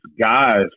guys